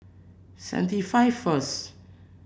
seventy five first